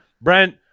Brent